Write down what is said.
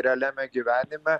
realiame gyvenime